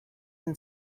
and